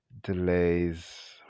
Delays